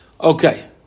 Okay